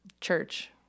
church